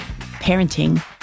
parenting